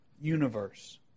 universe